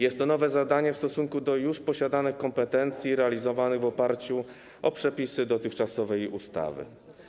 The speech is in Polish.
Jest to nowe zadanie w stosunku do już posiadanych kompetencji i realizowanych w oparciu o przepisy dotychczasowej ustawy.